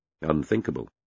unthinkable